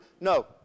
No